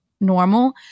normal